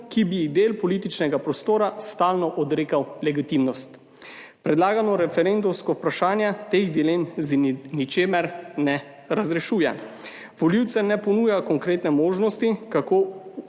bi ji del političnega prostora stalno odrekal legitimnost. Predlagano referendumsko vprašanje teh dilem z ničemer ne razrešuje. Volivcem ne ponuja konkretne možnosti, kako